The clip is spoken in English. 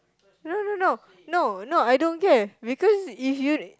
no no no no no I don't care because if you